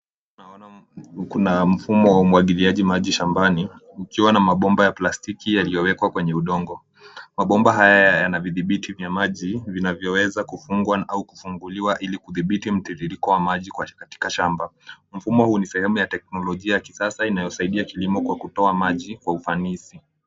Tunaona kuna mfumo wa umwangiliaji maji shambani kukiwa na mabomba ya palstiki yakiyowekwa kwenye udongo. Mabomaba haya yana vidhibiti vya maji vinavyoweza kufungwa au kufunguliwa ili kudhibiti mtiririko wa maji katika shamba .Mfumo huu ni sehemu ya teknolojia ya kisasa inayosaidia kilimo kwa kutoa maji kwa ufanisi.